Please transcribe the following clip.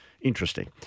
Interesting